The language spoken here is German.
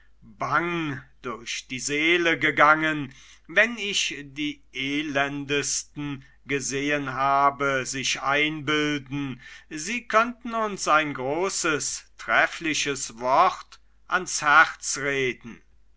bang durch die seele gegangen wenn ich die elendesten gesehen habe sich einbilden sie könnten uns ein großes treffliches wort ans herz reden